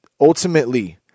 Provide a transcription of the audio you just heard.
ultimately